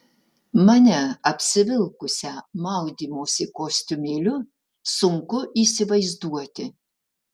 mane apsivilkusią maudymosi kostiumėliu sunku įsivaizduoti